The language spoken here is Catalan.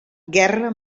guerra